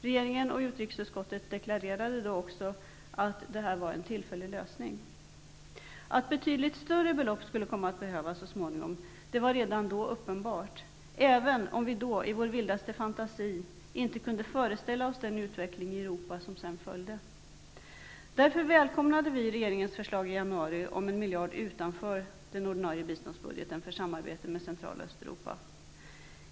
Regeringen och utrikesutskottet deklarerade då att det var en tillfällig lösning. Det var redan då uppenbart att betydligt större belopp skulle behövas så småningom, även om vi då i vår vildaste fantasi inte kunde föreställa oss den utveckling som sedan följde i Europa. Därför välkomnade vi regeringens förslag i januari om att en miljard utanför den ordinarie biståndsbudgeten skulle anslås för samarabete med Central och Östeuropa.